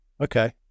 okay